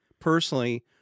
personally